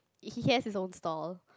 he he has his own stall